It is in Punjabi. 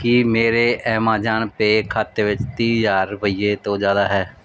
ਕੀ ਮੇਰੇ ਐਮਾਜ਼ਾਨ ਪੇਅ ਖਾਤੇ ਵਿੱਚ ਤੀਹ ਹਜ਼ਾਰ ਰੁਪਈਏ ਤੋਂ ਜ਼ਿਆਦਾ ਹੈ